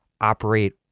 operate